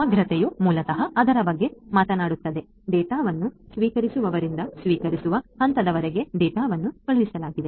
ಸಮಗ್ರತೆಯು ಮೂಲತಃ ಅದರ ಬಗ್ಗೆ ಮಾತನಾಡುತ್ತದೆ ಡೇಟಾವನ್ನು ಸ್ವೀಕರಿಸುವವರಿಂದ ಸ್ವೀಕರಿಸುವ ಹಂತದವರೆಗೆ ಡೇಟಾವನ್ನು ಕಳುಹಿಸಲಾಗಿದೆ